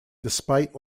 despite